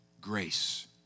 grace